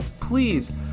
please